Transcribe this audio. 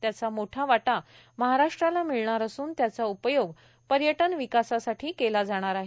त्याचा मोठा वाटा महाराष्ट्राला मिळणार असून त्याचा उपयोग पर्यटन विकासासाठी केला जाणार आहे